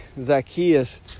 Zacchaeus